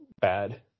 bad